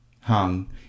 hung